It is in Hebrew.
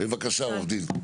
בבקשה, עורך הדין.